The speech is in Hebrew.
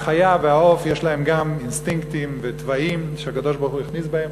החיה והעוף יש להם גם אינסטינקטים וטבַעים שהקדוש-ברוך-הוא הכניס בהם,